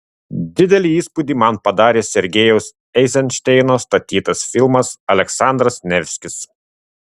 didelį įspūdį man padarė sergejaus eizenšteino statytas filmas aleksandras nevskis